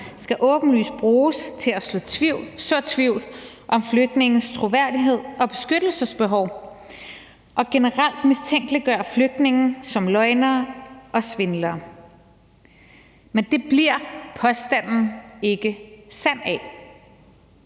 skal åbenlyst bruges til at så tvivl om flygtninges troværdighed og beskyttelsesbehov og generelt mistænkeliggøre flygtninge som løgnere og svindlere. Men det bliver påstanden ikke sand af.